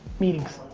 meetings.